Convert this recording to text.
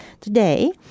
Today